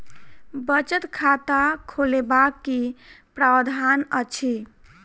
बचत खाता खोलेबाक की प्रावधान अछि?